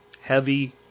heavy